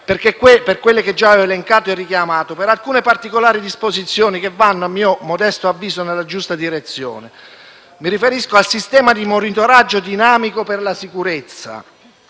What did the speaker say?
le motivazioni già elencate e richiamate ma anche per alcune particolari disposizioni che vanno, a mio modesto avviso, nella giusta direzione. Mi riferisco al sistema di monitoraggio dinamico per la sicurezza,